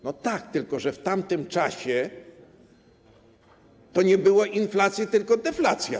No tak, tylko że w tamtym czasie nie było inflacji, tylko była deflacja.